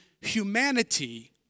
humanity